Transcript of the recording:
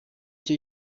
cyo